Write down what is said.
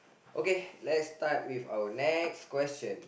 okay let's start with our next question